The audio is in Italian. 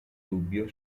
dubbio